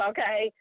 Okay